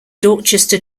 dorchester